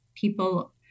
people